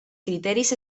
criteris